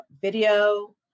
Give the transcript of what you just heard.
video